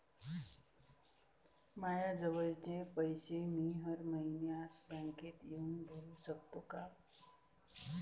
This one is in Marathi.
मायाजवळचे पैसे मी हर मइन्यात बँकेत येऊन भरू सकतो का?